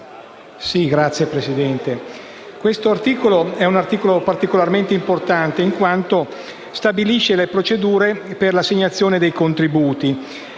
Signora Presidente, l'articolo 7 è particolarmente importante in quanto stabilisce le procedure per l'assegnazione dei contributi.